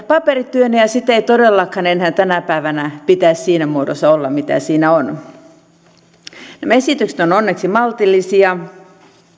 paperityönä ja ja sen ei todellakaan enää tänä päivänä pitäisi siinä muodossa olla kuten siellä on nämä esitykset ovat onneksi maltillisia